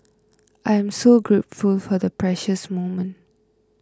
I am so grateful for the precious moment